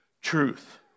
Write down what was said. truth